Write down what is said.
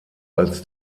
als